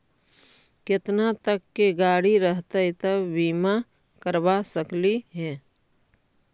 केतना तक के गाड़ी रहतै त बिमा करबा सकली हे?